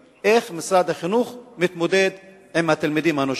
2. איך משרד החינוך מתמודד עם התלמידים הנושרים?